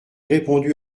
répondu